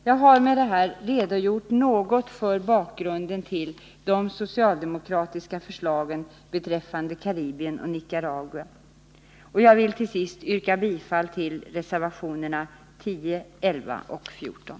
Jag har med detta något redogjort för bakgrunden till de socialdemokratiska förslagen beträffande Karibien och Nicaragua, och jag vill till sist yrka bifall till reservationerna 10, 11 och 14.